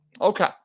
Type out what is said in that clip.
Okay